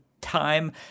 time